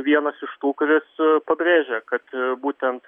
vienas iš tų kuris pabrėžia kad būtent